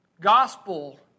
gospel